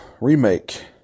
Remake